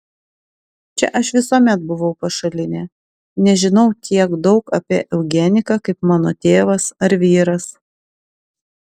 čia aš visuomet buvau pašalinė nežinau tiek daug apie eugeniką kaip mano tėvas ar vyras